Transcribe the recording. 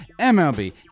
MLB